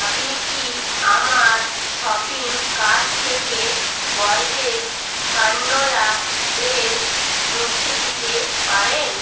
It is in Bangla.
আপনি কি আমার শপিং কার্ট থেকে বরজেস ক্যানোলা তেল মুছে দিতে পারেন